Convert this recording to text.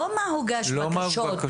לא מה הוגש בקשות.